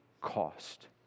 cost